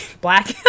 black